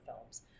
films